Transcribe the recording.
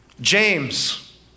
James